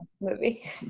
movie